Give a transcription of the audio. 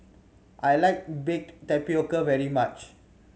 I like baked tapioca very much